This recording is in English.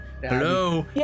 hello